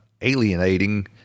alienating